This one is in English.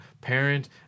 parent